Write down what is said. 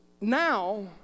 now